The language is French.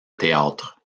théâtre